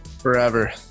Forever